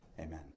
Amen